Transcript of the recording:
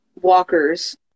walkers